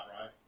right